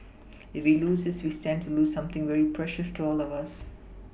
if we lose this we stand to lose something very precious to all of us